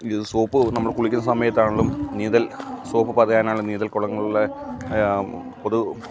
ഇത് സോപ്പ് നമ്മൾ കുളിക്കുന്ന സമയത്ത് ആണെങ്കിലും നീന്തൽ സോപ്പ് പതയാനാണ് നീന്തൽക്കുളങ്ങളിലെ പൊതു